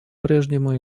прежнему